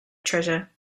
treasure